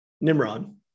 Nimrod